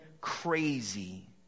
crazy